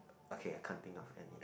okay I can't think of any